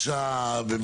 הייתה בקשה באמת,